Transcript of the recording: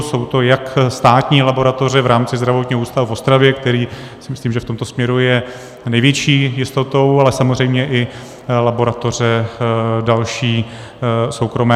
Jsou to jak státní laboratoře v rámci Zdravotního ústavu v Ostravě, který si myslím, že v tomto směru je největší jistotou, ale samozřejmě i laboratoře další soukromé.